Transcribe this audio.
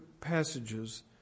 passages